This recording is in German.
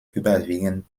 überwiegend